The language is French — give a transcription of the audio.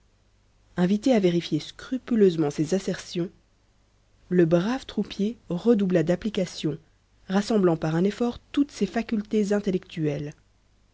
invité à vérifier scrupuleusement ses assertions le brave troupier redoubla d'application rassemblant par un effort toutes ses facultés intellectuelles